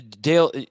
Dale